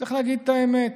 צריך להגיד את האמת: